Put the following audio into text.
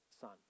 son